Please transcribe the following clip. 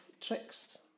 tricks